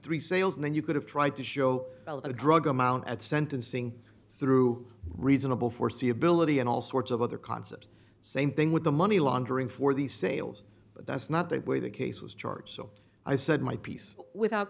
three sales and then you could have tried to show a drug amount at sentencing through reasonable foreseeability and all sorts of other concepts same thing with the money laundering for the sales but that's not the way the case was charged so i said my piece without